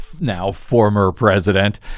Now-Former-President